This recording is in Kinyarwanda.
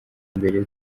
imbere